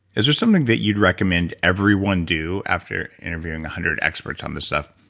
is there something that you'd recommend everyone do after interviewing a hundred experts on this stuff,